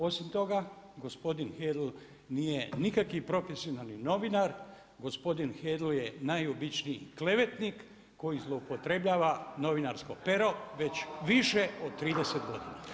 Osim toga gospodin Hedl nije nikakav profesionalni novinar, gospodin Hedl je najobičniji klevetnik koji zloupotrebljava novinarsko pero već više od 30 godina.